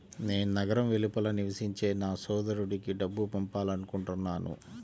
నేను నగరం వెలుపల నివసించే నా సోదరుడికి డబ్బు పంపాలనుకుంటున్నాను